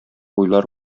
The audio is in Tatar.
уйлар